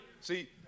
See